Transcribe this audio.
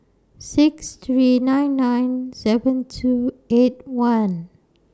six three nine nine seven two eight one